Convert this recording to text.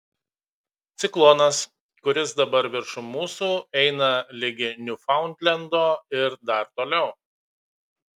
ciklonas kuris dabar viršum mūsų eina ligi niūfaundlendo ir dar toliau